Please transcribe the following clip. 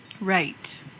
Right